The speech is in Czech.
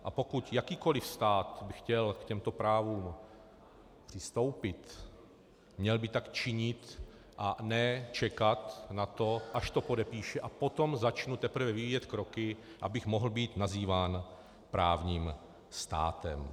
A pokud jakýkoli stát by chtěl k těmto právům přistoupit, měl by tak činit, a ne čekat na to, až to podepíše, a potom začnu teprve vyvíjet kroky, abych mohl být nazýván právním státem.